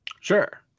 Sure